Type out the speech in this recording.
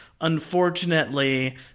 unfortunately